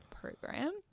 program